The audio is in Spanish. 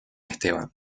esteban